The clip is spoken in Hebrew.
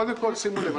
קודם כל, שימו לב.